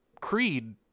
creed